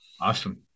Awesome